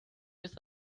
with